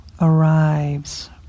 arrives